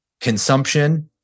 consumption